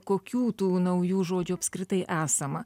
kokių tų naujų žodžių apskritai esama